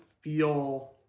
feel